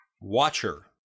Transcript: Watcher